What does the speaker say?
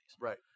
Right